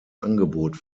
angebot